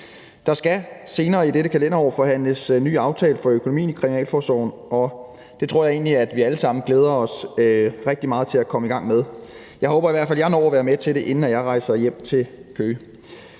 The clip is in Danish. Der skal senere i dette kalenderår forhandles en ny aftale for økonomien i kriminalforsorgen, og det tror jeg egentlig at vi alle sammen glæder os rigtig meget til at komme i gang med. Jeg håber i hvert fald, at jeg når at være med til det, inden jeg tager hjem til Køge.